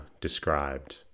described